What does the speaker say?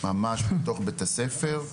ממש בתוך בית הספר,